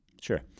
Sure